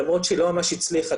למרות שהיא לא ממש הצליחה,